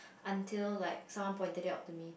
until like someone pointed out to me